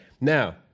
now